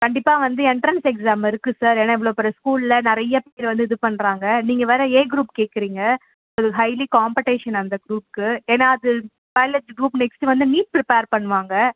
கண்டிப்பாக வந்து entrance exam இருக்குது சார் ஏன்னால் எவ்வளோ பெரிய ஸ்கூலில் நிறைய பேர் வந்து இது பண்ணுறாங்க நீங்கள் வேறு ஏ குரூப் கேட்குறீங்க அது ஹைலி காம்படீஷன் அந்த குரூப்க்கு ஏன்னால் அது பயாலஜி குரூப் நெக்ஸ்ட் வந்து நீட் ப்ரிப்பேர் பண்ணுவாங்க